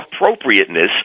appropriateness